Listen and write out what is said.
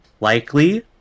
likely